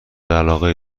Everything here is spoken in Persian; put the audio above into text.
علاقه